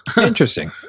Interesting